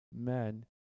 men